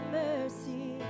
mercy